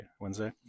Wednesday